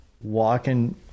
walking